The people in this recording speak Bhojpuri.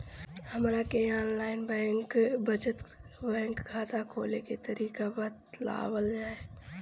हमरा के आन लाइन बचत बैंक खाता खोले के तरीका बतावल जाव?